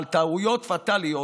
על טעויות פטאליות,